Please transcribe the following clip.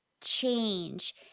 change